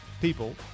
people